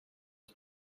que